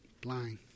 blind